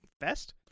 best